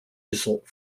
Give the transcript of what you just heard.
result